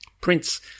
Prince